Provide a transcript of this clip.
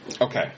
Okay